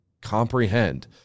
comprehend